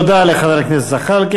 תודה לחבר הכנסת זחאלקה.